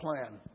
plan